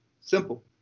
Simple